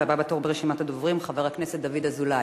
הבא בתור ברשימת הדוברים, חבר הכנסת דוד אזולאי.